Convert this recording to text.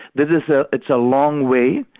this is, ah it's a long way.